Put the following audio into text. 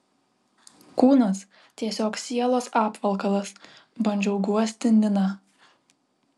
kūnas tiesiog sielos apvalkalas bandžiau guosti niną